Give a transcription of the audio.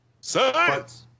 Science